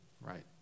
right